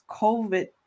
COVID